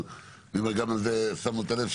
אבל גם על זה שמנו את הלב,